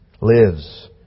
lives